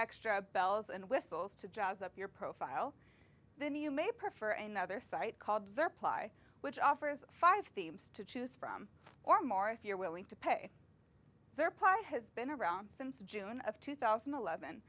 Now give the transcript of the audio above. extra bells and whistles to jazz up your profile then you may prefer another site called zara ply which offers five themes to choose from or more if you're willing to pay their party has been around since june of two thousand and eleven